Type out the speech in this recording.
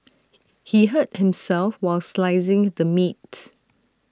he hurt himself while slicing the meat